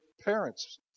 parents